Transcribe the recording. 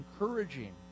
encouraging